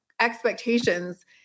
expectations